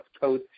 code